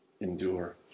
endure